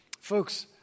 Folks